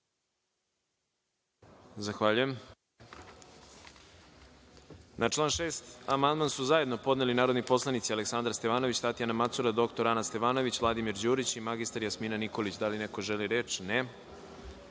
Zahvaljujem. Na član 6. amandman su zajedno podneli narodni poslanici Aleksandar Stevanović, Tatjana Macura, dr Ana Stevanović, Vladimir Đurić i mr Jasmina Nikolić. Da li neko želi reč?